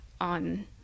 on